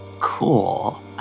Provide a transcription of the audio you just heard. Cool